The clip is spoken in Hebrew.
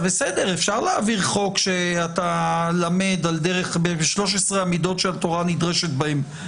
אפשר להעביר חוק שאתה למד על 13 המידות שהתורה נדרשת בהן,